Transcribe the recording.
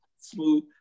smooth